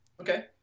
Okay